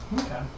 Okay